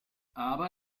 aber